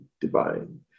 divine